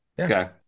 Okay